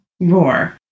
roar